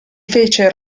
fece